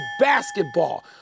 basketball